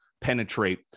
penetrate